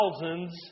thousands